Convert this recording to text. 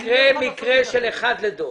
יהיה מקרה אחד לדור.